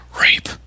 Rape